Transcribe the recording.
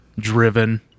driven